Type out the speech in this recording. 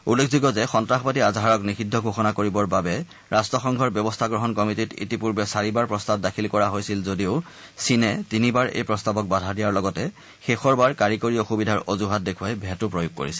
উল্লেখযোগ্য যে সন্তাসবাদী আজহাৰক নিষিদ্ধ ঘোষণা কৰিবৰ বাবে ৰট্টসংঘৰ ব্যৱস্থা গ্ৰহণ কমিটীত ইতিপূৰ্বে চাৰিবাৰ প্ৰস্তাৱ দাখিল কৰা হৈছিল যদিও চীনে তিনিবাৰ এই প্ৰস্তাৱক বাধা দিয়াৰ লগতে শেষৰ বাৰ কাৰিকৰী অসুবিধাৰ অজুহাত দেখুৱাই ভেটো প্ৰয়োগ কৰিছিল